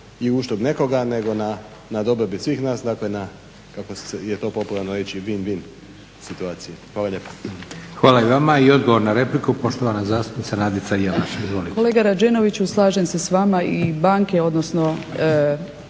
i uštrb nekoga nego na dobrobit svih nas, dakle kako je to popularno reći win-win situacije. Hvala lijepa.